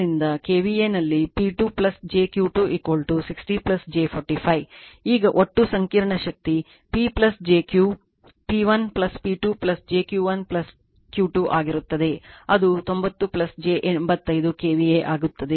ಈಗ ಒಟ್ಟು ಸಂಕೀರ್ಣ ಶಕ್ತಿ P j Q P1 P2 j Q 1 Q 2 ಆಗಿರುತ್ತದೆ ಅದು 90 j 85 KVA ಆಗುತ್ತದೆ